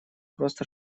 просто